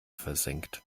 versenkt